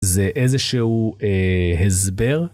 זה איזה שהוא הסבר.